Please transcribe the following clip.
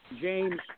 James